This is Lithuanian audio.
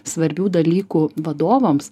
svarbių dalykų vadovams